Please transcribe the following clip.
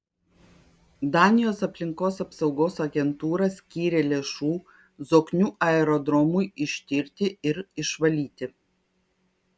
danijos aplinkos apsaugos agentūra skyrė lėšų zoknių aerodromui ištirti ir išvalyti